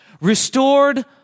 restored